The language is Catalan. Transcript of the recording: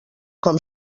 com